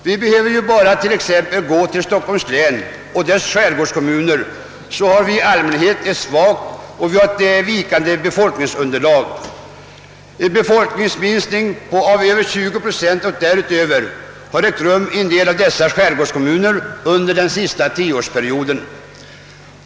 Vi behöver bara gå till Stockholms län och dess skärgårdskommuner för att finna ett i allmänhet svagt och vikande befolkningsunderlag. En =: befolkningsminskning på över 20 procent har ägt rum i en del av dessa skärgårdskommuner under den senaste tioårsperioden.